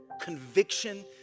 conviction